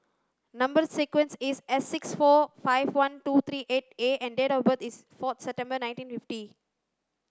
number sequence is S six four five one two three eight A and date of birth is four September nineteen fifty